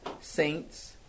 saints